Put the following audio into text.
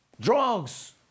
drugs